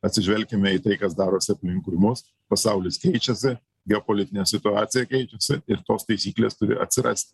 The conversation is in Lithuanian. atsižvelkime į tai kas darosi aplinkui mus pasaulis keičiasi geopolitinė situacija keičiasi ir tos taisyklės turi atsiras